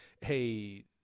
hey